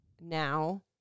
now